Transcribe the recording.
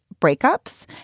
breakups